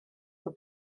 for